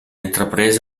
intraprese